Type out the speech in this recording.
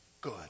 good